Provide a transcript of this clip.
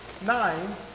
nine